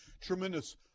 tremendous